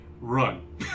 Run